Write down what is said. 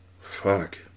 Fuck